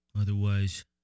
Otherwise